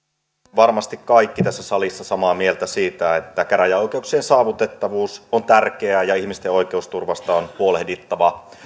varmasti kaikki tässä salissa samaa mieltä siitä että käräjäoikeuksien saavutettavuus on tärkeää ja ihmisten oikeusturvasta on huolehdittava